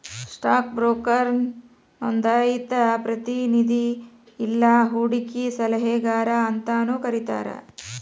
stock ಬ್ರೋಕರ್ನ ನೋಂದಾಯಿತ ಪ್ರತಿನಿಧಿ ಇಲ್ಲಾ ಹೂಡಕಿ ಸಲಹೆಗಾರ ಅಂತಾನೂ ಕರಿತಾರ